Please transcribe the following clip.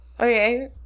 Okay